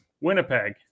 Winnipeg